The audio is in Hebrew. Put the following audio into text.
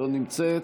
לא נמצאת,